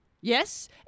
Yes